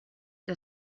que